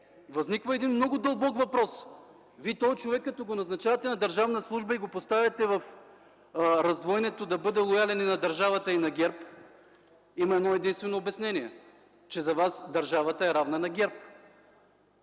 Възниква един много дълбок въпрос: този човек, след като го назначавате на държавна служба и го поставяте в раздвоението да бъде лоялен и към държавата, и към ГЕРБ, има едно-единствено обяснение, че за Вас държавата е равна на ГЕРБ.